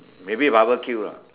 maybe barbecue lah